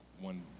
one